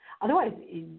Otherwise